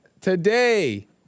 today